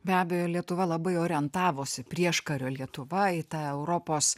be abejo lietuva labai orientavosi prieškario lietuva į tą europos